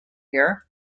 here